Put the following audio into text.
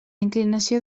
inclinació